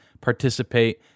participate